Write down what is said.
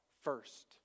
first